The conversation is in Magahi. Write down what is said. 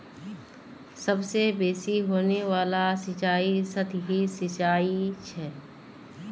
सबसे बेसि होने वाला सिंचाई सतही सिंचाई छ